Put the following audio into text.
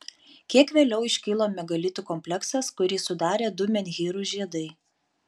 kiek vėliau iškilo megalitų kompleksas kurį sudarė du menhyrų žiedai